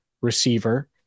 receiver